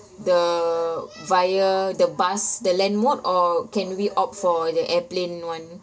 the via the bus the land mode or can we opt for the airplane [one]